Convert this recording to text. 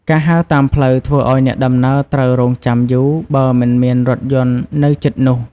ការហៅតាមផ្លូវធ្វើឱ្យអ្នកដំណើរត្រូវរង់ចាំយូរបើមិនមានរថយន្តនៅជិតនោះ។